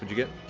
you get?